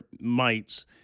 mites